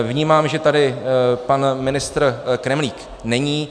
Vnímám, že tady pan ministr Kremlík není.